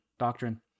doctrine